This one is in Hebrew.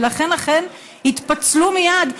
ולכן אכן התפצלו מייד,